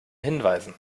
hinweisen